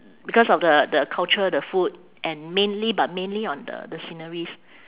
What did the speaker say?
because of the the culture the food and mainly but mainly on the the sceneries